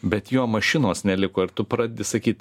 bet jo mašinos neliko ir tu pradi sakyt